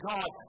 God